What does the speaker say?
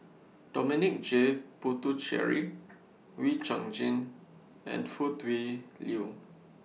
Dominic J Puthucheary Wee Chong Jin and Foo Tui Liew